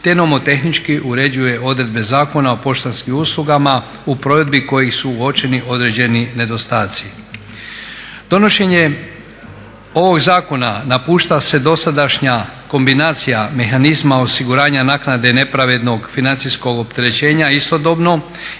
te nomotehnički uređuje odredbe Zakona o poštanskim uslugama u provedbi kojih su uočeni određeni nedostaci. Donošenje ovog zakona napušta se dosadašnja kombinacija mehanizma osiguranja naknade nepravednog financijskog opterećenja istodobno